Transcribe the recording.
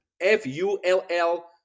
F-U-L-L